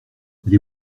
les